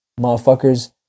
Motherfuckers